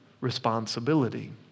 responsibility